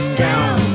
down